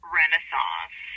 renaissance